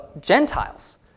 Gentiles